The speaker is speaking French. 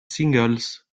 singles